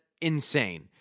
insane